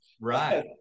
Right